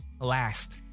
last